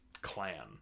clan